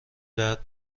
درد